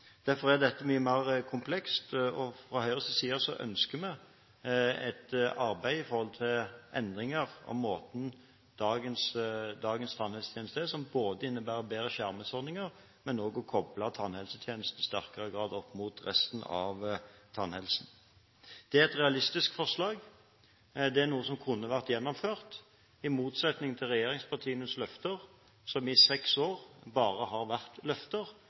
Derfor er dette mye mer komplekst, og fra Høyres side ønsker vi et arbeid når det gjelder endringer av måten dagens tannhelsetjenester er på, som ikke bare innebærer bedre skjermingsordninger, men også å koble tannhelsetjenester i sterkere grad opp mot resten av tannhelsen. Det er et realistisk forslag og noe som kunne vært gjennomført, i motsetning til regjeringspartienes løfter, som i seks år bare har vært løfter,